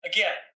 Again